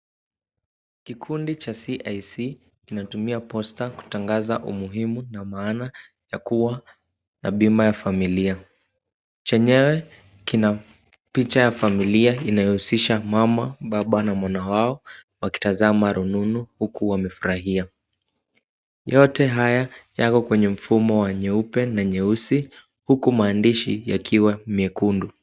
Kikundi cha CIC kinatumia posta kutangaza umuhimu na maana ya kuwa na bima ya familia. Chenyewe kina picha ya familia inayohusisha mama, baba na mwana wao, wakitazama rununu huku wamefurahia. Yote haya yako kwenye mfumo nyeupe na nyeusi huku maandishi yakiwa mekundu.